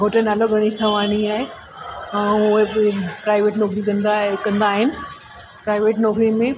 घोट जो नालो गणेश थवाणी आहे ऐं उहे प्राइवेट नौकिरी कंदा आहे कंदा आहिनि प्राइवेट नौकिरीअ में